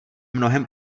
mnohem